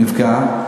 נפגעות,